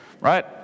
right